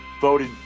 voted